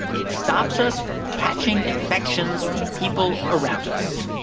it stops us from catching infections from the people around us.